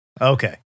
Okay